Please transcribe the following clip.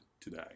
today